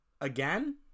again